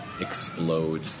explode